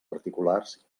particulars